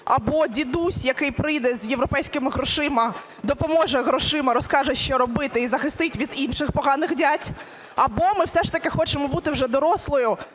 або дідусь, який приїде з європейськими грошима, допоможе грошима, розкаже, що робити і захистить від інших поганих дядь, або ми все ж таки хочемо бути вже дорослою